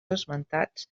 esmentats